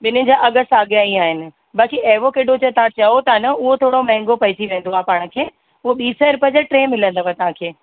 ॿिन हिन जा अघि साॻिया ई आहिनि बाक़ी एवोकडो जा तव्हां चओ था न उहो थोरो महांगो पइजी वेंदो आहे पाण खे उहो ॿी सएं रुपिये जा टे मिलंद तव्हांखे